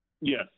Yes